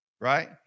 right